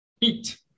eat